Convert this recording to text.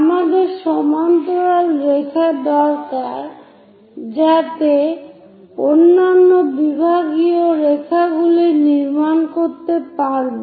আমাদের সমান্তরাল রেখা দরকার যাতে অন্যান্য বিভাগীয় রেখাগুলি নির্মাণের করতে পারব